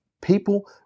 people